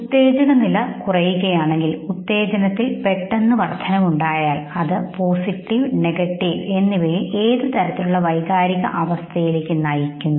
ഉത്തേജകനില കുറയുകയാണെങ്കിൽ ഉത്തേജനത്തിൽ പെട്ടെന്ന് വർദ്ധനവ് ഉണ്ടായാൽ അത് പോസിറ്റീവ് നെഗറ്റീവ് എന്നിവയിൽ ഏതു തരത്തിലുള്ള വൈകാരികാവസ്ഥയിലേക്ക് നയിക്കുന്നു